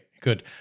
Good